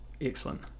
Excellent